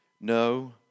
No